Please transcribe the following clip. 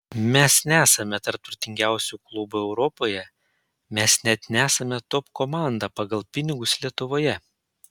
mes nesame tarp turtingiausių klubų europoje mes net nesame top komanda pagal pinigus lietuvoje